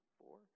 four